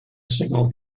signal